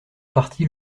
partie